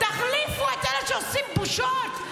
תחליפו את אלה שעושים בושות,